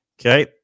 Okay